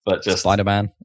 Spider-Man